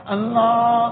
Allah